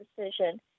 decision